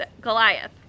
Goliath